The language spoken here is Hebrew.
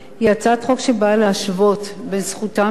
היא הצעת חוק שבאה להשוות את זכותם של